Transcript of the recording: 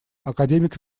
академик